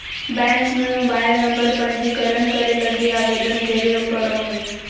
bank में mobile number पंजीकरण करे लगी आवेदन देबे पड़ो हइ